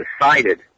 decided